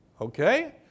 Okay